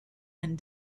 and